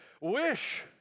wish